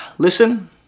Listen